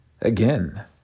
Again